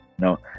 no